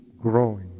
growing